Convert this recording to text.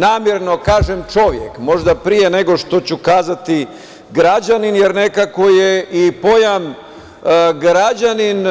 Namerno kažem čovek, možda pre nego što ću kazati građanin, jer nekako je i pojam građanin